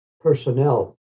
personnel